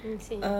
I see